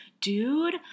dude